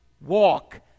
Walk